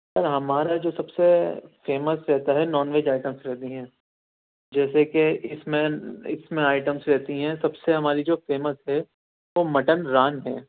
سر ہمارا جو سب سے فیمس رہتا ہے نان ویج آئٹمز رہتی ہیں جیسے کہ اس میں اس میں آئٹمس رہتی ہیں سب سے ہماری جو فیمس ہے وہ مٹن ران ہے